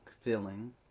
filling